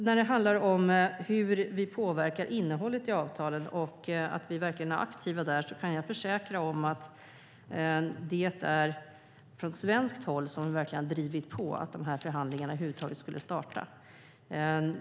När det handlar om hur vi påverkar innehållet i avtalen och att vi verkligen är aktiva där kan jag försäkra att det är vi som, från svenskt håll, har drivit på att förhandlingarna över huvud taget skulle starta.